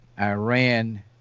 Iran